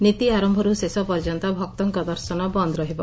ନୀତି ଆର ଶେଷ ପର୍ଯ୍ୟନ୍ତ ଭକ୍ତଙ୍କ ଦର୍ଶନ ବନ୍ଦ ରହିବ